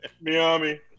Miami